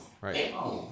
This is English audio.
right